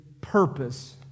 purpose